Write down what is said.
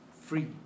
free